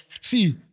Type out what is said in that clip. See